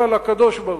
אלא לקדוש-ברוך-הוא.